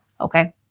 okay